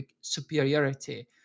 superiority